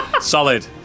Solid